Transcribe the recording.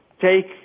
take